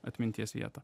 atminties vietą